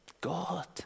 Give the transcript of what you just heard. God